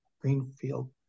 Greenfield